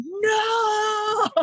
no